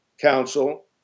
Council